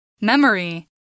Memory